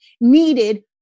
needed